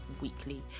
weekly